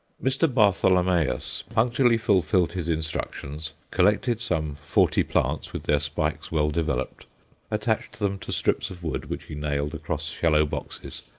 mr. bartholomeus punctually fulfilled his instructions, collected some forty plants with their spikes well developed attached them to strips of wood which he nailed across shallow boxes,